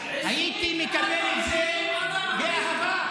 הייתי מקבל את זה באהבה.